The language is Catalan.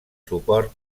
suport